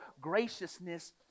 graciousness